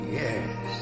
yes